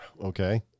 Okay